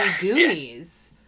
Goonies